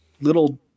little